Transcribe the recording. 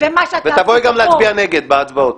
ותבואי גם להצביע נגד בהצבעות.